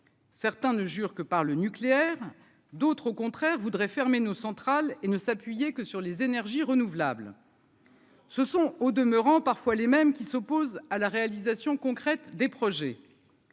Certains ne jurent que par le nucléaire, d'autres au contraire voudrait fermer nos centrales et ne s'appuyer que sur les énergies renouvelables. Ce sont, au demeurant, parfois les mêmes qui s'opposent à la réalisation concrète des projets.